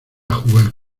jugar